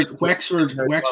Wexford